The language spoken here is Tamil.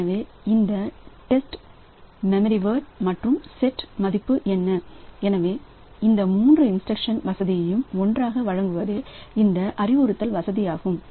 எனவே இந்த டெஸ்ட் மெமரிவேர்ட் மற்றும் செட் மதிப்பு என்ன எனவே இந்த மூன்று இன்ஸ்டிரக்ஷன் வசதியையும் ஒன்றாக வழங்குவதே இந்த அறிவுறுத்தல் வசதியாகும்